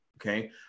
okay